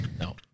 No